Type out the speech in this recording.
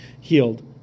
healed